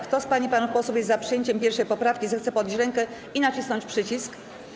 Kto z pań i panów posłów jest za przyjęciem 1. poprawki, zechce podnieść rękę i nacisnąć przycisk.